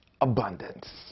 abundance